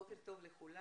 בוקר טוב לכולם,